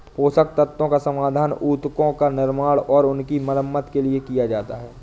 पोषक तत्वों का समाधान उत्तकों का निर्माण और उनकी मरम्मत के लिए किया जाता है